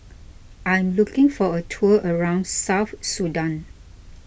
I'm looking for a tour around South Sudan